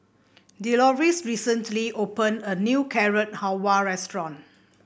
Delois recently opened a new Carrot Halwa Restaurant